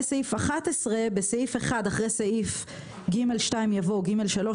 וסעיף 11 בסעיף 1 אחרי סעיף ג2 יבוא: ג3,